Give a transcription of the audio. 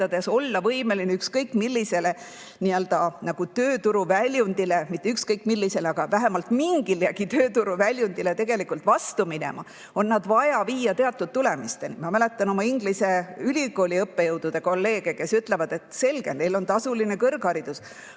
olla võimeline ükskõik millisele tööturuväljundile, isegi mitte ükskõik millisele, aga vähemalt mingilegi tööturuväljundile tegelikult vastu minema, on vaja teatud tulemusi. Ma mäletan Inglise ülikoolist oma õppejõude, kolleege, kes ütlesid, et selge, on tasuline kõrgharidus,